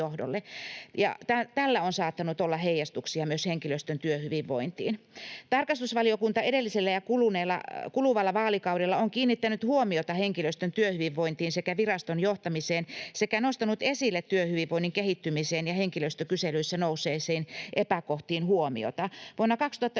tällä on saattanut olla heijastuksia myös henkilöstön työhyvinvointiin. Tarkastusvaliokunta edellisellä ja kuluvalla vaalikaudella on kiinnittänyt huomiota henkilöstön työhyvinvointiin sekä viraston johtamiseen sekä nostanut esille huomiota työhyvinvoinnin kehittymiseen ja henkilöstökyselyissä nousseisiin epäkohtiin. Vuonna 2019